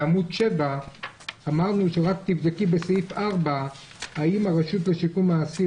בעמוד 7 אמרנו שרק תבדקי בסעיף 4 האם הרשות לשיקום האסיר,